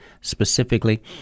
specifically